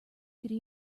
could